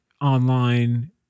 online